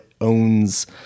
owns